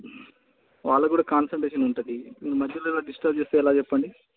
వాళ్ళకు కూడా కాన్సన్ట్రేషన్ ఉంటుంది మీరు మధ్యలో ఇలా డిస్టర్బ్ చేస్తే ఎలా చెప్పండి